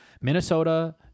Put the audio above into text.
Minnesota